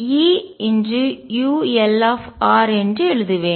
22mulll122mr2ulrVulrEulr என்று எழுதுவேன்